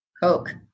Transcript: Coke